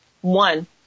One